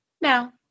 now